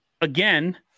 again